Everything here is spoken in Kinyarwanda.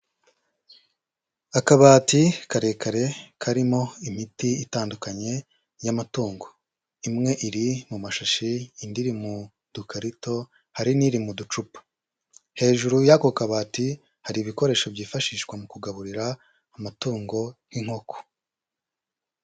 Akabati karekare karimo imiti itandukanye y'amatungo, imwe iri mu mashashi indi mu dukarito hari n'iri mu ducupa, hejuru y'ako kabati hari ibikoresho byifashishwa mu kugaburira amatungo nk'inkoko.